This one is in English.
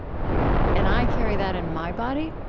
and i carry that in my body,